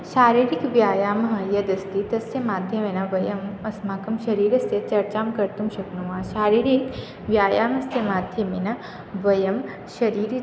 शारीरिकव्यायामः यदस्ति तस्य माध्यमेन वयं अस्माकं शरीरस्य चर्चां कर्तुं शक्नुमः शारीरिकव्यायामस्य माध्यमेन वयं शरीरे